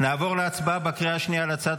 נעבור להצבעה בקריאה השנייה על הצעת